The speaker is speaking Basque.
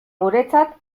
guretzat